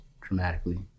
dramatically